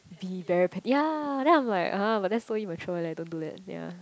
be very petty ya then I'm like !huh! but that's so immature leh don't do that ya